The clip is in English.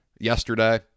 yesterday